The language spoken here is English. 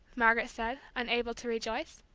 margaret said, unable to rejoice.